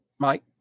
Mike